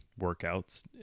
workouts